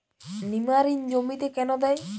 নিমারিন জমিতে কেন দেয়?